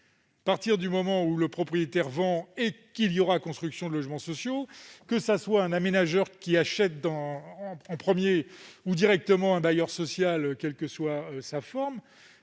À partir du moment où le propriétaire vend et qu'il y aura construction de logements sociaux, que ce soit un aménageur qui achète en premier ou directement un bailleur social, quelle que soit sa forme,